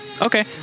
Okay